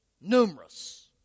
numerous